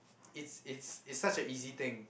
it's it's it's such a easy thing